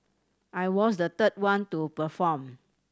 I was the third one to perform